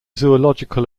zoological